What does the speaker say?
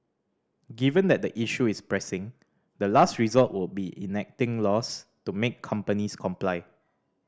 given that the issue is pressing the last resort would be enacting laws to make companies comply